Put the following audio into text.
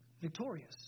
victorious